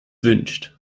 wünscht